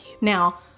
Now